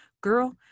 Girl